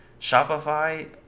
Shopify